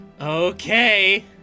Okay